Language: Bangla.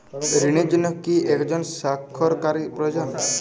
ঋণের জন্য কি একজন স্বাক্ষরকারী প্রয়োজন?